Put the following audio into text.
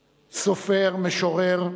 סופר, משורר,